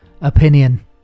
opinion